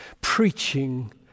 preaching